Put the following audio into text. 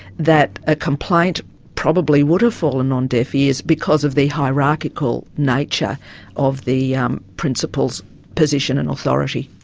that a complaint probably would have fallen on deaf ears because of the hierarchical nature of the principal's position and authority.